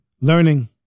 learning